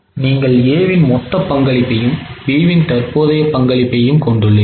எனவே நீங்கள் A வின் மொத்த பங்களிப்பையும் B வின் தற்போதைய பங்களிப்பையும் கொண்டுள்ளீர்கள்